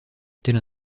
telle